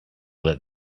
that